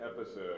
episode